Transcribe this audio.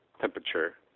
temperature